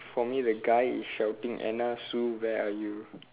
for me the guy is shouting Anna Sue where are you